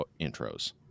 intros